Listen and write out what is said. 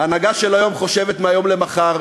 ההנהגה של היום חושבת מהיום למחר.